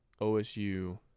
OSU